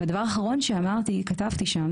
הדבר האחרון שכתבתי שם,